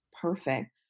Perfect